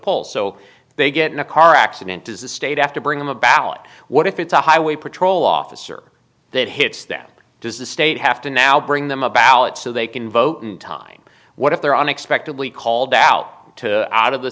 poll so they get in a car accident does the state after bring them a ballot what if it's a highway patrol officer that hits them does the state have to now bring them a ballot so they can vote in time what if they're unexpectedly called out to out of the